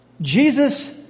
Jesus